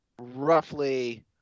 roughly